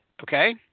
okay